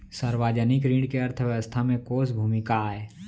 सार्वजनिक ऋण के अर्थव्यवस्था में कोस भूमिका आय?